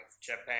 Japan